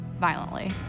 violently